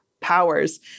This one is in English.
powers